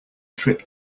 trip